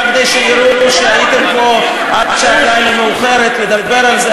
רק כדי שיראו שהייתם פה עד שעת ליל מאוחרת לדבר על זה?